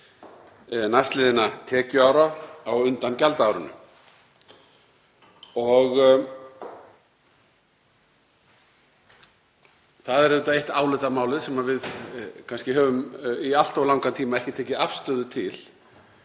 næstliðinna tekjuára á undan gjaldaárinu. Það er auðvitað eitt álitamálið sem við kannski höfum í allt of langan tíma ekki tekið afstöðu til,